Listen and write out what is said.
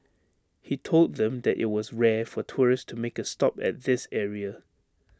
he told them that IT was rare for tourists to make A stop at this area